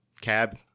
Cab